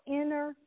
inner